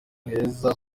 heza